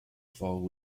fall